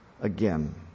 again